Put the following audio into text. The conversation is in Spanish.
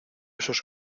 esos